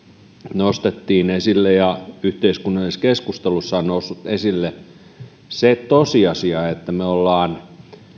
nostettiin esille ja yhteiskunnallisessa keskustelussa on noussut esille se tosiasia että me olemme